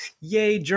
Yay